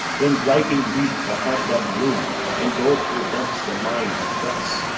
when griping grief the heart doth wound, and doleful dumps the mind oppress,